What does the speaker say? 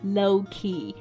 low-key